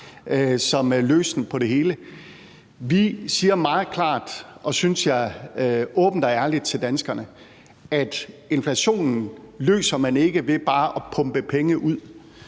som løsningen på det hele. Vi siger meget klart og, synes jeg, åbent og ærligt til danskerne, at man ikke løser inflationen ved bare at pumpe penge ud.